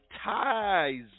ties